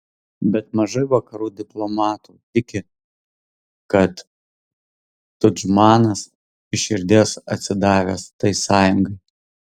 bet mažai vakarų diplomatų tiki kad tudžmanas iš širdies atsidavęs tai sąjungai